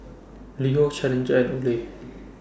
LiHo Challenger and Olay